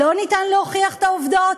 אי-אפשר להוכיח את העובדות.